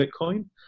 Bitcoin